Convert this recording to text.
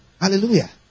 Hallelujah